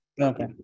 Okay